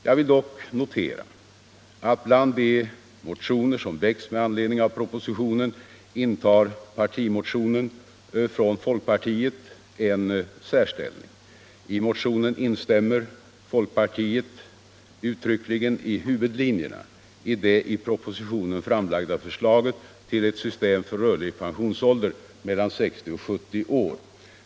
Jag vill dock notera att bland de motioner som väckts med anledning av propositionen intar partimotionen från folkpartiet en särställning. I motionen instämmer folkpartiet uttryckligen i huvudlinjerna i det i propositionen framlagda förslaget till ett system för rörlig pensionsålder mellan 60 och 70 år.